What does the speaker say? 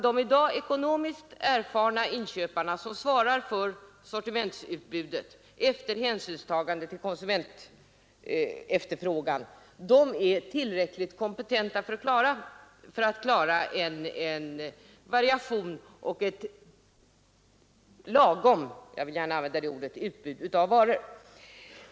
De ekonomiskt erfarna inköpare som i dag svarar för sortimentsutbudet efter hänsynstagande till konsumentefterfrågan är faktiskt tillräckligt kompetenta för att klara en variation och ett lagom — jag vill gärna använda det ordet — stort utbud av varor.